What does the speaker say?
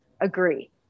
agree